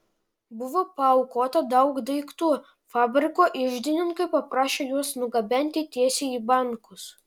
buvo paaukota daug daiktų fabriko iždininkai paprašė juos nugabenti tiesiai į bankus